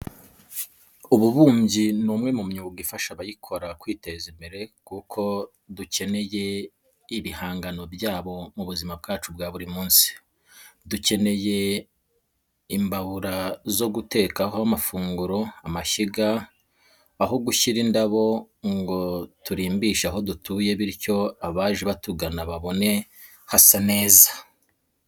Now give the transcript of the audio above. Ububumbyi ni umwe mu myuga ifasha abayikora kwiteza imbere kuko dukenera ibihangano byabo mu buzima bwacu bwa buri munsi. Dukenera imbabura zo gutekaho amafunguro, amashyiga, aho gushyira indabo ngo turimbishe aho dutuye bityo abaje batugana babone hasa neza.